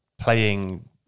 playing